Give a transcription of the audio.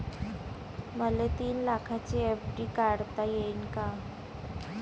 मले तीन लाखाची एफ.डी काढता येईन का?